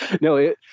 No